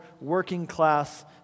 working-class